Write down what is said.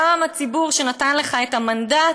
גם הציבור שנתן לך את המנדט,